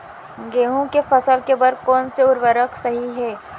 गेहूँ के फसल के बर कोन से उर्वरक सही है?